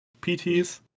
pts